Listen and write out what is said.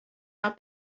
our